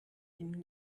ihm